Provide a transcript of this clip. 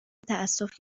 تاسف